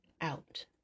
out